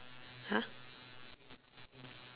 !huh!